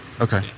Okay